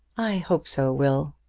i hope so, will.